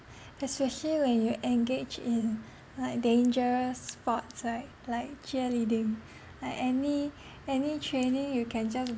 especially when you engage in like dangerous sports like like cheerleading like any any training you can just